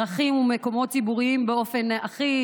של דרכים ושל מקומות ציבוריים באופן אחיד.